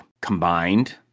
combined